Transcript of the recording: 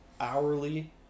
hourly